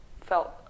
felt